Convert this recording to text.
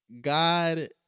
God